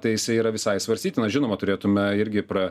tai jisai yra visai svarstytinas žinoma turėtume irgi pra